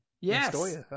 Yes